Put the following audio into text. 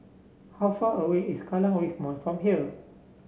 how far away is Kallang Wave Mall from here